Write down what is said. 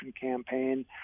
campaign